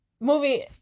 movie